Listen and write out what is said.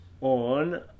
on